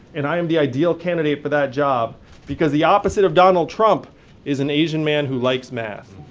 and i am the ideal candidate for that job because the opposite of donald trump is an asian man who likes math